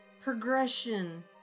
progression